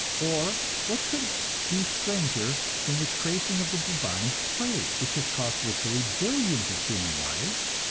or what could be stranger than the tracing of the bubonic plague, which has cost literally billions of human lives,